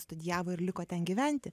studijavo ir liko ten gyventi